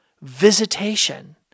visitation